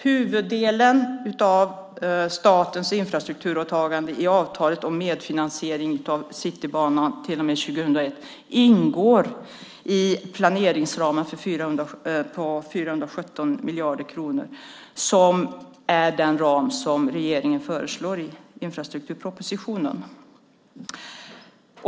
Huvuddelen av statens infrastrukturåtaganden i avtalet om medfinansiering av Citybanan till och med 2021 ingår i planeringsramen på 417 miljarder kronor. Det är den ram som regeringen föreslår i infrastrukturpropositionen.